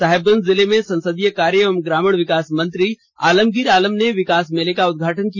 साहेबगंज जिले में संसदीय कार्य एवं ग्रामीण विकास मंत्री आलमगीर आलम ने विकास मेले का उदघाटन किया